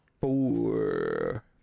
four